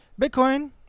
bitcoin